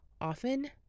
often